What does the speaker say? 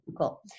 cool